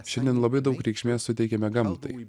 šiandien labai daug reikšmės suteikiame gamtai